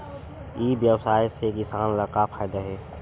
ई व्यवसाय से किसान ला का फ़ायदा हे?